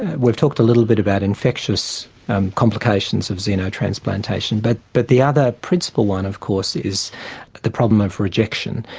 we've talked a little bit about infectious complications of xenotransplantation, but but the other principal one, of course, is the problem of rejection.